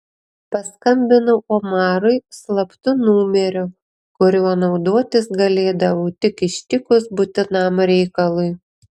paskambinau omarui slaptu numeriu kuriuo naudotis galėdavau tik ištikus būtinam reikalui